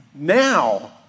Now